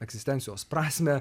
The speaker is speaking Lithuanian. egzistencijos prasmę